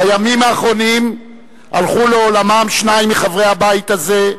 בימים האחרונים הלכו לעולמם שניים מחברי הבית הזה,